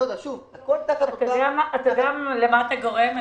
אני אגיד לך למה אתה גורם.